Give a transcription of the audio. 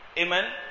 Amen